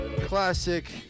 Classic